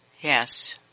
Yes